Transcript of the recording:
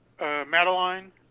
Madeline